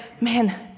man